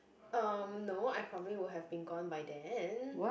um no I probably would have been gone by then